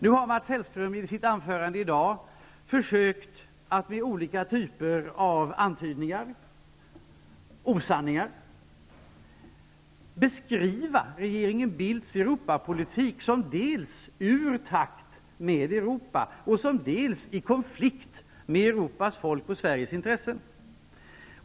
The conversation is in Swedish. Nu har Mats Hellström i sitt anförande med olika typer av antydningar och osanningar försökt beskriva regeringen Bildts Europapolitik som dels ur takt med Europa, dels i konflikt med Europas folk och Sveriges intressen.